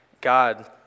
God